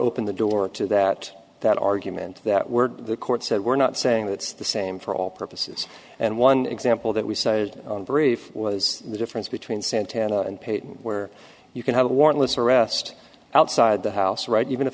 open the door to that that argument that we're the court said we're not saying that's the same for all purposes and one example that we saw brief was the difference between santana and page where you can have a warrantless arrest outside the house right even if